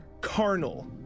Carnal